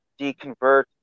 deconvert